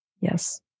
Yes